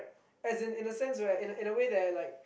as in in the sense right in a in a way that like